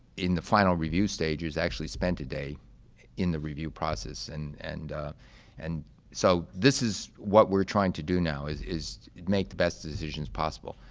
in the final review stages, actually spent a day in the review process. and and and so this is what we're trying to do now is is make the best decision as possible.